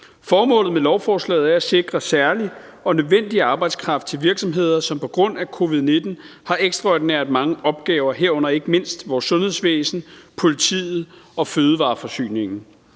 Formålet med lovforslaget er at sikre særlig og nødvendig arbejdskraft til virksomheder, som på grund af covid-19 har ekstraordinært mange opgaver, herunder ikke mindst vores sundhedsvæsen, politiet og fødevareforsyningen.